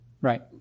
Right